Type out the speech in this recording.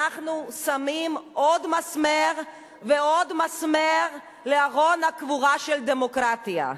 אנחנו שמים עוד מסמר ועוד מסמר בארון הקבורה של הדמוקרטיה.